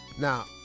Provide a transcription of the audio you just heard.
Now